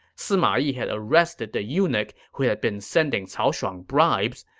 sima yi had arrested the eunuch who had been sending cao shuang bribes,